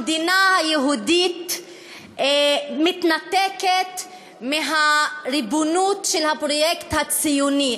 כי המדינה היהודית מתנתקת מהריבונות של הפרויקט הציוני.